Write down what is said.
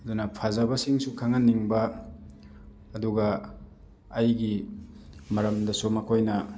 ꯑꯗꯨꯅ ꯐꯖꯕꯁꯤꯡꯁꯨ ꯈꯪꯍꯟꯅꯤꯡꯕ ꯑꯗꯨꯒ ꯑꯩꯒꯤ ꯃꯔꯝꯗꯁꯨ ꯃꯈꯣꯏꯅ